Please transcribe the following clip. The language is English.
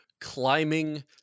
climbing